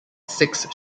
six